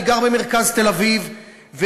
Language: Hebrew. אני גר במרכז תל-אביב,